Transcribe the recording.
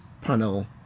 panel